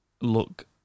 look